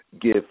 give